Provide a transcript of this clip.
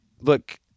look